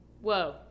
whoa